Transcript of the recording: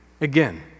Again